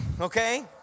okay